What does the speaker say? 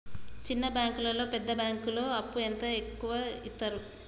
చిన్న బ్యాంకులలో పెద్ద బ్యాంకులో అప్పు ఎంత ఎక్కువ యిత్తరు?